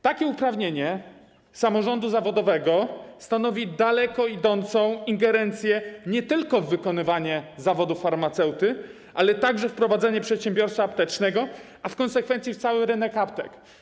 Takie uprawnienie samorządu zawodowego stanowi daleko idącą ingerencję nie tylko w wykonywanie zawodu farmaceuty, ale także w prowadzenie przedsiębiorstwa aptecznego, a w konsekwencji - w cały rynek aptek.